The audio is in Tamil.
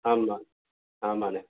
ஆமாம் ஆமாண்ணே